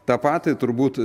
tą patį turbūt